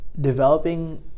developing